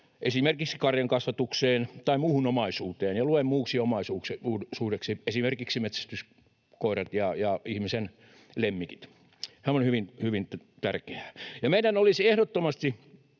esimerkiksi karjankasvatukseen tai muuhun omaisuuteen, ja luen muuksi omaisuudeksi esimerkiksi metsästyskoirat ja ihmisen lemmikit. Tämä on hyvin tärkeää. Meidän olisi ehdottomasti